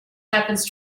happens